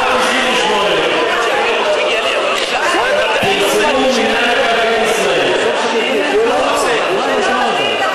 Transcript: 1998 פרסמו מינהל מקרקעי ישראל, זה לא מתאים לך.